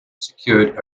secured